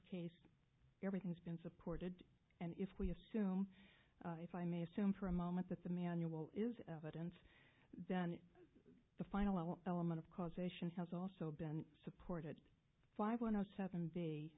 case everything's been supported and if we assume if i may assume for a moment that the manual is evidence then the final element of causation has also been supported five one zero seven v